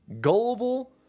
Gullible